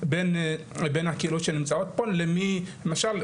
בין הקהילות שנמצאות פה ולמשל,